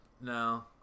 no